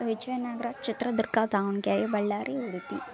Vijayanagara Chitradurga Davanagere Ballari Udupi